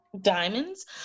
Diamonds